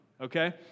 Okay